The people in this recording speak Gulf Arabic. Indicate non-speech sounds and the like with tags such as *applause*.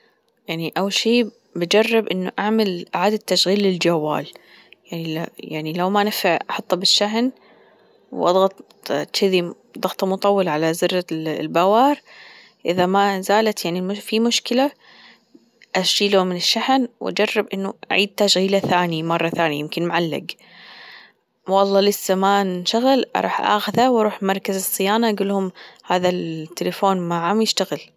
يعني أول شي بأجرب إنه أعمل إعادة تشغيل للجوال يعني لو ما نفع أحطه بالشحن وأضغط تشذي ضغطة مطولة على زر *hesitation* الباور إذا ما زالت يعني ما في مشكلة أشيله من الشحن وأجرب إنه أعيد تشغيلة ثاني مرة ثانية يمكن معلق والله لسه ما انشغل راح أخذه وأروح مركز الصيانة أقول لهم هذا التلفون ما عم يشتغل.